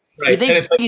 Right